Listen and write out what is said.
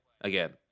again